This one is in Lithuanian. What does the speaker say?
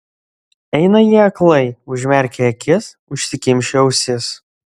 eina jie aklai užmerkę akis užsikimšę ausis